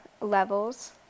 levels